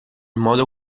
modo